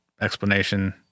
explanation